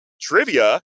Trivia